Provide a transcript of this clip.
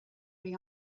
bhí